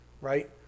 right